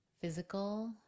physical